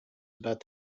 about